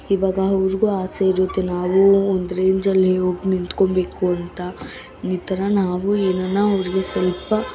ಇವಾಗ ಅವ್ರಿಗೂ ಆಸೆ ಇರುತ್ತೆ ನಾವು ಒಂದು ರೆಂಜಲ್ಲಿ ಹೋಗಿ ನಿಂತ್ಕೊಳ್ಬೇಕು ಅಂತ ಈ ಥರ ನಾವು ಏನಾನ ಅವ್ರಿಗೆ ಸ್ವಲ್ಪ